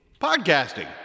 Podcasting